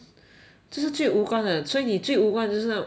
这是最无关的所以你最无关就是那种无无